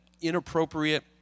inappropriate